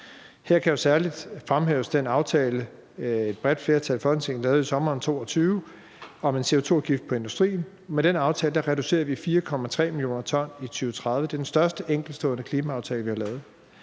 Her kan jeg særlig fremhæve den aftale, som et bredt flertal i Folketinget lavede i sommeren 2022, om en CO2-afgift på industrien. Med den aftale reducerer vi 4,3 mio. t i 2030. Det er den største enkeltstående klimaaftale, vi har lavet.